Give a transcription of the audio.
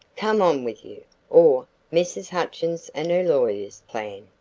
come on with your or mrs. hutchins and her lawyers' plan,